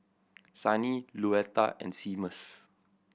Sunny Luetta and Seamus